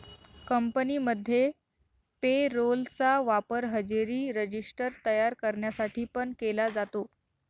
कंपनीमध्ये payroll चा वापर हजेरी रजिस्टर तयार करण्यासाठी पण केला जातो